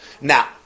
Now